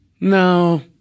No